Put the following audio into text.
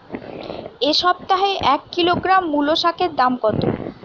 এ সপ্তাহে এক কিলোগ্রাম মুলো শাকের দাম কত?